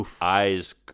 eyes